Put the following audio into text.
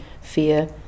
fear